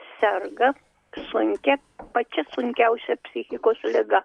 serga sunkia pačia sunkiausia psichikos liga